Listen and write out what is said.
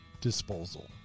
disposal